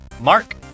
Mark